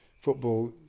football